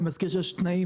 יש תנאים